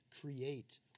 create